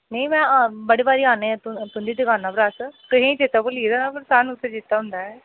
नेईं मै बड़ी बार आन्नी तुं'दी दकाना पर अस तोहें चेता भुल्ली गेदा पर सानू ते चेता होंदा ऐ